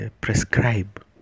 prescribe